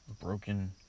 broken